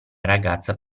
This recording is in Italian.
ragazza